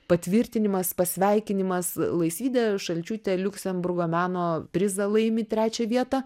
patvirtinimas pasveikinimas laisvydė šalčiūtė liuksemburgo meno prizą laimi trečią vietą